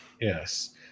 Yes